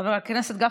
חבר הכנסת גפני,